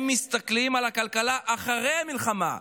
הם מסתכלים על הכלכלה אחרי המלחמה,